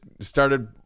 started